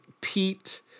Pete